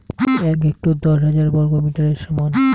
এক হেক্টর দশ হাজার বর্গমিটারের সমান